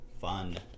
Fun